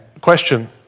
question